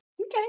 Okay